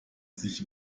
sich